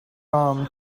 rum